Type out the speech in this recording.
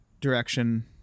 direction